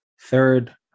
Third